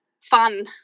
fun